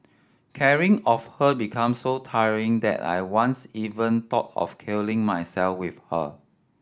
caring of her become so tiring that I once even thought of killing myself with her